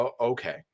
okay